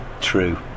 true